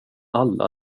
alla